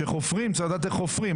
כשחופרים צריך לדעת איך חופרים,